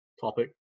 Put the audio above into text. topic